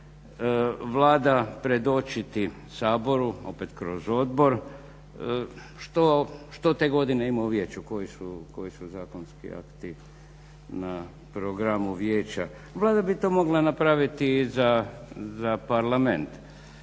Vlada predočiti Saboru, opet kroz odbor, što te godine ima u vijeću, koji su zakonski akti na programu vijeća. Vlada bi to mogla napraviti i za Parlament